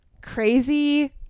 crazy